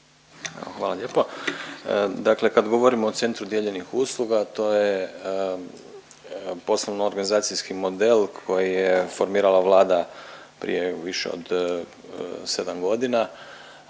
Dakle, kad govorimo o Centru dijeljenih usluga to je poslovno organizacijski model koji je formirala Vlada prije više od 7 godina